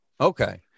okay